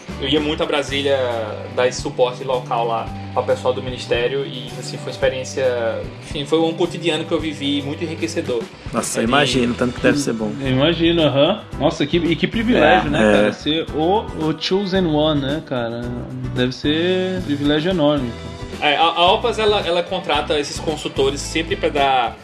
Eu ia muito a Brasília dar esse suporte local lá ao pessoal do ministério e, assim, foi uma experiência- enfim, foi um cotidiano que eu vivi muito enriquecedor. Nossa, Ele- eu imagino tanto que Hum, deve ser bom. imagino, aham. Nossa, que- e que privilégio, É, né, é. cara? Ser o- o chosen one, né, cara? Deve ser privilégio enorme. É, a- a OPAS, ela- ela contrata esses consultores sempre pra dar